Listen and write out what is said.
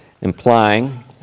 implying